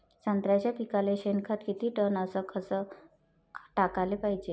संत्र्याच्या पिकाले शेनखत किती टन अस कस टाकाले पायजे?